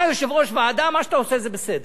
אתה יושב-ראש ועדה, מה שאתה עושה זה בסדר.